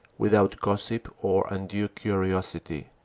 without gossip or undue curiosity.